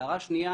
הערה שנייה.